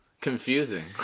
Confusing